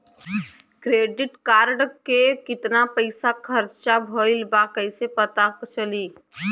Credit card के कितना पइसा खर्चा भईल बा कैसे पता चली?